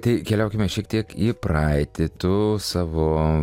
tai keliaukime šiek tiek į praeitį tu savo